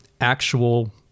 actual